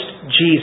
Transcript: Jesus